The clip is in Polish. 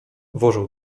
włożył